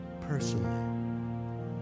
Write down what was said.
personally